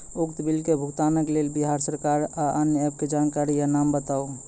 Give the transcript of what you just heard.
उक्त बिलक भुगतानक लेल बिहार सरकारक आअन्य एप के जानकारी या नाम बताऊ?